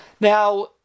Now